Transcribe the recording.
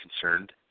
concerned